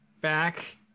back